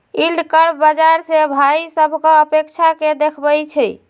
yield curve बाजार से भाइ सभकें अपेक्षा के देखबइ छइ